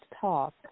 talk